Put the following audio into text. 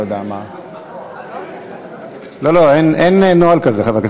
אני לא יודע מה.